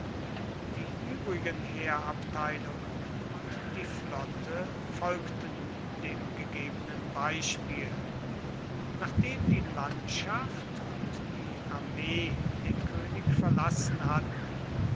die übrigen heerabteilungen und die flotte folgten dem gegebenen beispiel nachdem die landschaft und die armee den könig verlassen hatten